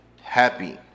happy